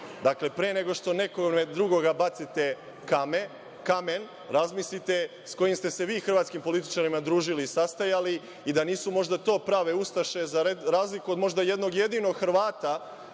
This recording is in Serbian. pre nego što pred nekog drugog bacite kamen, razmislite s kojim ste se vi hrvatskim političarem družili i sastajali i da nisu možda to prave ustaše, za razliku od možda jedinog Hrvata